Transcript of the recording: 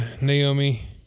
Naomi